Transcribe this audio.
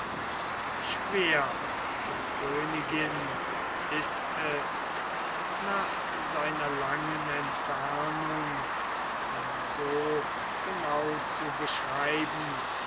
schwer o königin ist es nach seiner langen entfernung ihn so genau zu beschreiben